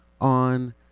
on